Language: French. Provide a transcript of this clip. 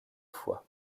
fois